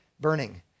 burning